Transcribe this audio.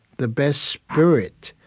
the best spirit,